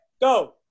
Go